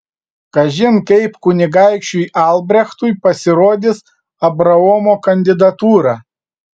kažin kaip kunigaikščiui albrechtui pasirodys abraomo kandidatūra